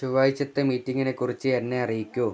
ചൊവ്വാഴ്ചത്തെ മീറ്റിംഗിനെക്കുറിച്ച് എന്നെ അറിയിക്കൂ